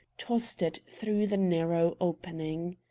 tossed it through the narrow opening.